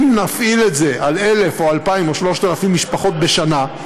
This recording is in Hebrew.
אם נפעיל את זה על 1,000 או 2,000 או 3,000 משפחות בשנה,